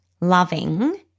loving